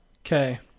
okay